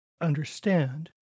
understand